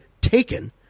taken